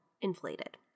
inflated